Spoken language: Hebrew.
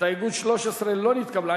הסתייגות 8 לא נתקבלה.